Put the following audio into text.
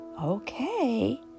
okay